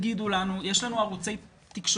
תגידו לנו יש לנו ערוצי תקשורת,